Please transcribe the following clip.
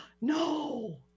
No